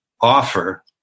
offer